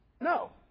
No